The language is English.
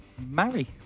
marry